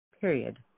period